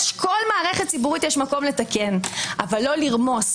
כל מערכת ציבורית יש מקום לתקן אבל לא לרמוס,